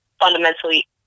fundamentally